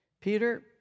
Peter